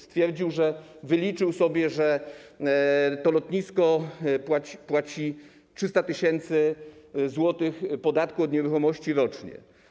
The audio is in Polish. Stwierdził, że wyliczył sobie, że to lotnisko płaci 300 tys. zł podatku od nieruchomości rocznie.